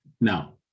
Now